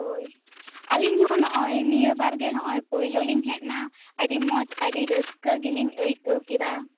ᱦᱳᱭ ᱟᱹᱞᱤᱧ ᱦᱚᱸ ᱱᱚᱜᱼᱚᱭ ᱱᱤᱭᱟ ᱵᱟᱨ ᱜᱮ ᱱᱚᱜᱼᱚᱭ ᱯᱳᱭᱞᱳ ᱞᱤᱧ ᱦᱮᱡ ᱮᱱᱟ ᱟᱹᱰᱤ ᱢᱚᱸᱡ ᱟ ᱰᱤ ᱨᱟ ᱥᱠᱟ ᱜᱮᱞᱤᱧ ᱟᱭᱠᱟ ᱣ ᱠᱮᱫᱟ